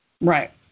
Right